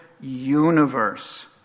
universe